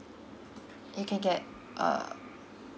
you can get a